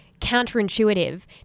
counterintuitive